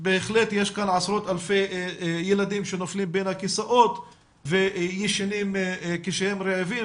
שבהחלט יש כאן עשרות-אלפי ילדים שנופלים בין הכיסאות וישנים כשהם רעבים,